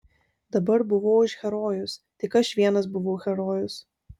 dabar buvau aš herojus tik aš vienas buvau herojus